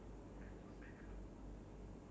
ya to me ah fried rice is also